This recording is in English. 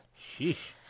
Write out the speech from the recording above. Sheesh